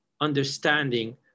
understanding